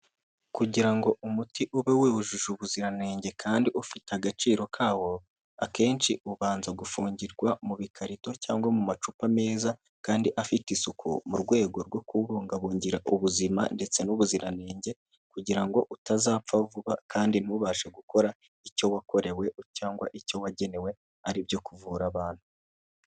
Kugira ngo umuti ube wujuje ubuziranenge kandi ufite agaciro kawo, akenshi ubanza gufungirwa mu bikarito cyangwa mu macupa meza kandi afite isuku, mu rwego rwo kuwubungabungira ubuzima ndetse n'ubuziranenge kugira ngo utazapfa vuba kandi ntubashe gukora icyo wakorewe cyangwa icyo wagenewe ari ibyo kuvura abantu.